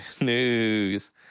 news